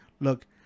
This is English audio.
Look